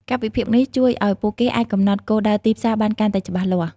ការវិភាគនេះជួយឱ្យពួកគេអាចកំណត់គោលដៅទីផ្សារបានកាន់តែច្បាស់លាស់។